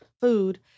food